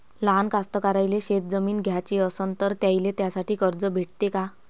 लहान कास्तकाराइले शेतजमीन घ्याची असन तर त्याईले त्यासाठी कर्ज भेटते का?